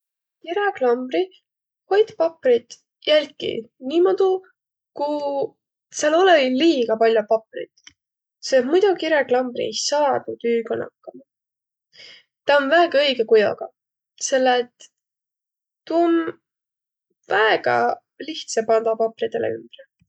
Kiräklambri hoit paprit jälki niimoodu, ku sääl olõ-i liiga pall'o paprit. Selle et muido kiräklambri ei saaq tüüga nakkama. Ta om väega õigõ kujogaq, selle et tuu om väega lihtsa pandaq papridele ümbre.